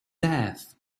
death